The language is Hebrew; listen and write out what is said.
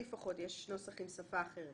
לפחות אצלי יש נוסח בו כתוב או שפה אחרת.